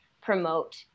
promote